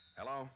Hello